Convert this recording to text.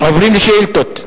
עוברים לשאילתות.